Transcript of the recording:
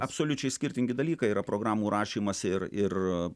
absoliučiai skirtingi dalykai yra programų rašymas ir ir